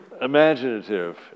imaginative